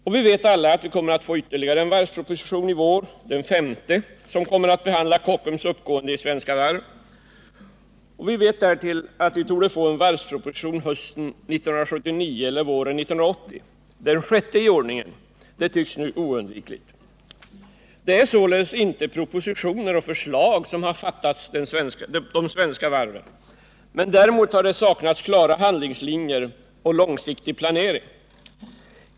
Och vi vet alla att vi kommer att få ytterligare en varvsproposition i vår, den femte, som kommer att behandla Kockums uppgående i Svenska Varv AB. Vi vet att vi därtill torde få en varvsproposition hösten 1979 eller våren 1980, den sjätte i ordningen, vilket nu tycks oundvikligt. Det är således inte propositioner och förslag som har fattats de svenska varven, men däremot har det saknats klara handlingslinjer och långsiktig planering.